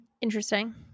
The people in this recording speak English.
Interesting